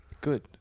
Good